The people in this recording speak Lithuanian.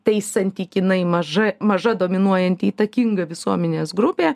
tai santykinai maža maža dominuojanti įtakinga visuomenės grupė